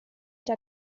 der